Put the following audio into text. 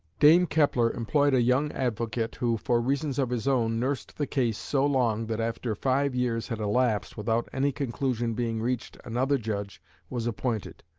dame kepler employed a young advocate who for reasons of his own nursed the case so long that after five years had elapsed without any conclusion being reached another judge was appointed,